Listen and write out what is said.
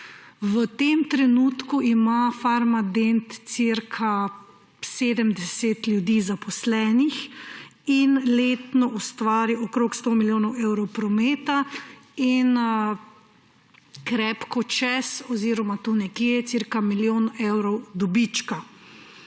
V tem trenutku ima Farmadent cirka 70 ljudi zaposlenih in letno ustvari okrog 100 milijonov evrov prometa in krepko čez oziroma cirka milijon evrov dobička.